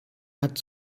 hat